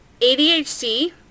ADHD